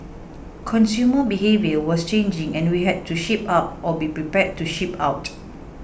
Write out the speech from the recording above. consumer behaviour was changing and we had to shape up or be prepared to ship out